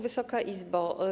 Wysoka Izbo!